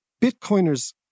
Bitcoiners